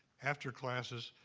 after classes,